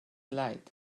light